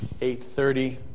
8.30